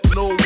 no